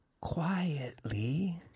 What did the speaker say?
Quietly